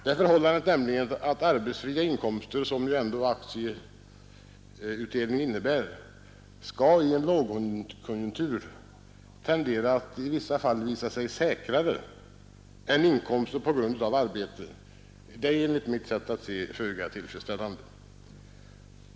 Det förhållandet att de arbetsfria inkomster, som aktieutdelningarna ändå är, i en lågkonjunktur skall tendera till att vara säkrare än inkomster av arbete är enligt mitt sätt att se föga tillfredsställande.